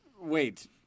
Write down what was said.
Wait